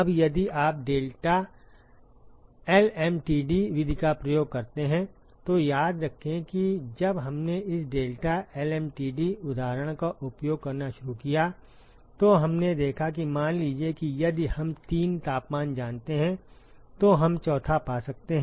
अब यदि आप डेल्टा एलएमटीडी विधि का उपयोग करते हैं तो याद रखें कि जब हमने इस डेल्टा एलएमटीडी उदाहरण का उपयोग करना शुरू किया तो हमने देखा कि मान लीजिए कि यदि हम 3 तापमान जानते हैं तो हम चौथा पा सकते हैं